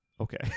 Okay